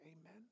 Amen